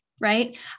Right